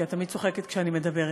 כי את תמיד צוחקת כשאני מדברת.